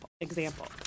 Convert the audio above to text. example